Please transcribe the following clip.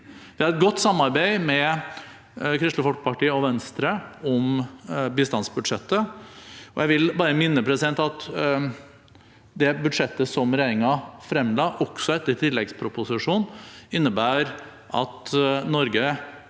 Vi har et godt samarbeid med Kristelig Folkeparti og Venstre om bistandsbudsjettet, og jeg vil bare minne om at det budsjettet som regjeringen fremla, også etter tilleggsproposisjonen, innebærer at Norge